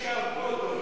מי שהרגו אותו.